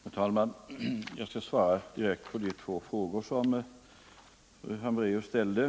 Herr talman! Jag skall svara direkt på de två frågor som fru Hambraeus ställde.